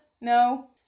no